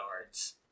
yards